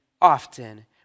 often